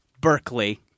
Berkeley